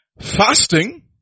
Fasting